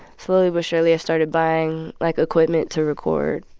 slowly but surely, i started buying, like, equipment to record.